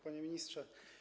Panie Ministrze!